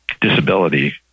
disability